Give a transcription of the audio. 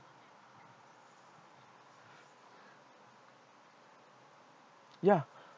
ya